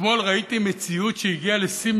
אתמול ראיתי מציאות שהגיעה לשיא,